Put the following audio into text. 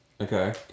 Okay